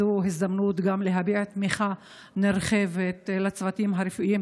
זו הזדמנות גם להביע תמיכה נרחבת בצוותים הרפואיים,